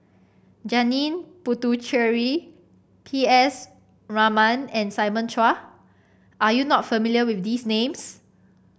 Janil Puthucheary P S Raman and Simon Chua are you not familiar with these names